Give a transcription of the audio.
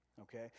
Okay